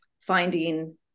finding